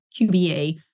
qba